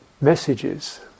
messages